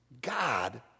God